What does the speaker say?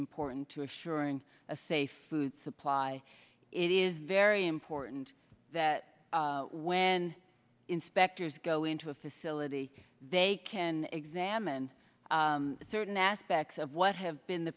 important to ensuring a safe food supply it is very important that when inspectors go into a facility they can examine certain aspects of what have been the